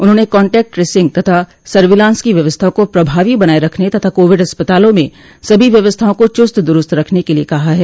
उन्होंने contact tracing तथा surveillance की व्यवस्था को प्रभावी बनाये रखने तथा कोविड अस्पतालों में सभी व्यवस्थाओं को चुस्त दुरूस्त रखने के लिये कहा है